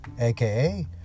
aka